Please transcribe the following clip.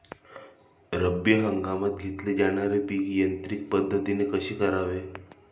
रब्बी हंगामात घेतले जाणारे पीक यांत्रिक पद्धतीने कसे करावे?